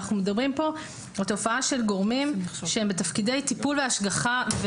אנחנו מדברים כאן על תופעה של גורמים שהם בתפקידי טיפול והשגחה.